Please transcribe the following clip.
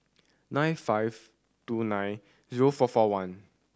nine five two nine zero four four one